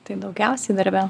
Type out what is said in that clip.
tai daugiausiai darbe